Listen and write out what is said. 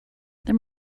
there